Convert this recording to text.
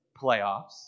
playoffs